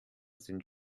sind